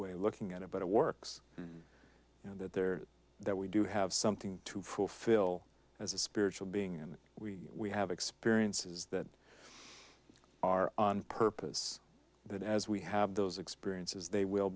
way of looking at it but it works you know that there that we do have something to fulfill as a spiritual being and that we have experiences that are on purpose that as we have those experiences they will